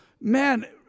man